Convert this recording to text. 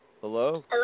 Hello